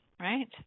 right